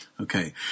Okay